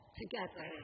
together